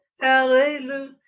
Hallelujah